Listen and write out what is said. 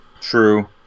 True